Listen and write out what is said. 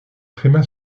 tréma